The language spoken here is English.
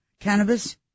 cannabis